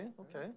okay